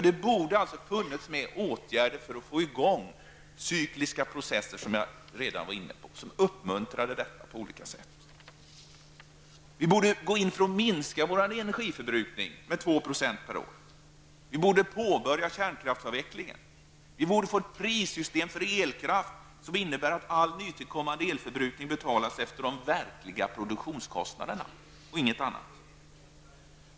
Det borde ha alltså funnits med åtgärder för att få i gång cykliska processer, som jag redan var inne på, och uppmuntra sådana på olika sätt. Vi borde gå in för att minska vår energiförbrukning med 2 % per år. Vi borde påbörja kärnkraftsavvecklingen. Vi borde få ett prissystem för elkraft som innebär att all nytillkommen elförbrukning betalas efter de verkliga produktionskostnaderna och ingenting annat.